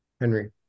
Henry